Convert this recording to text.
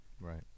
Right